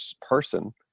person